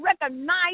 recognize